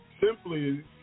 simply